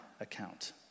account